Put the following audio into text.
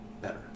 better